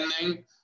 ending